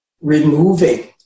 removing